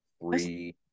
three